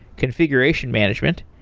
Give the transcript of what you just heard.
configuration management,